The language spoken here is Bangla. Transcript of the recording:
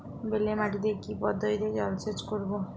বেলে মাটিতে কি পদ্ধতিতে জলসেচ করব?